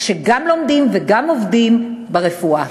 שגם לומדים וגם עובדים ברפואה.